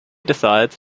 decides